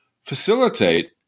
facilitate